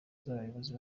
z’abayobozi